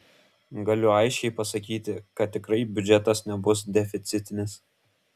galiu aiškiai pasakyti kad tikrai biudžetas nebus deficitinis